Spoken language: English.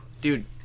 dude